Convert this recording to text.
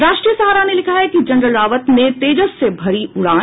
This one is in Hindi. राष्ट्रीय सहारा ने लिखा है जनरल रावत ने तेजस से भरी उड़ान